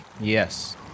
Yes